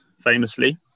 famously